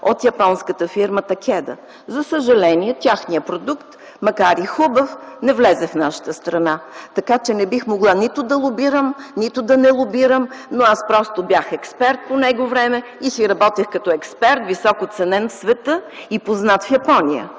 от японската фирма „Такеда”. За съжаление, техният продукт, макар и хубав, не влезе в нашата страна. Така че не бих могла нито да лобирам, нито да не лобирам. Аз просто бях експерт по него време и си работех като експерт – високо ценен в света и познат в Япония.